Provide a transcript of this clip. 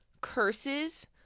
curses